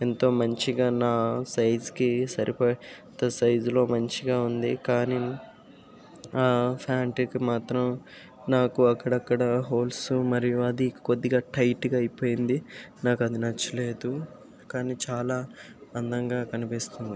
ఎంతో మంచిగా నా సైజుకి సరిపడే అంత సైజులో మంచిగా ఉంది కానీ ఆ ప్యాంటుకి మాత్రం నాకు అక్కడక్కడ హోల్స్ మరియు అది కొద్దిగా టైట్గా అయిపోయింది నాకు అది నచ్చలేదు కానీ చాలా అందంగా కనిపిస్తుంది